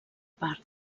part